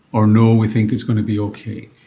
or no, we think it's going to be okay?